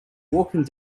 walking